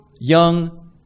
young